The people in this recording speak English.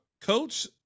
Coach